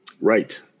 Right